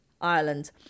Ireland